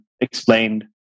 explained